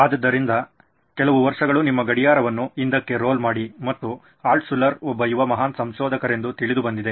ಆದ್ದರಿಂದ ಕೆಲವು ವರ್ಷಗಳು ನಿಮ್ಮ ಗಡಿಯಾರವನ್ನು ಹಿಂದಕ್ಕೆ ರೋಲ್ ಮಾಡಿ ಮತ್ತು ಆಲ್ಟ್ಶುಲ್ಲರ್ ಒಬ್ಬ ಯುವ ಮಹಾನ್ ಸಂಶೋಧಕರೆಂದು ತಿಳಿದುಬಂದಿದೆ